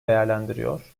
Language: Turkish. değerlendiriyor